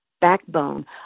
backbone